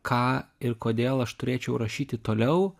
ką ir kodėl aš turėčiau rašyti toliau